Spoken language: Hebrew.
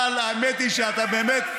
אבל האמת היא שאתה באמת,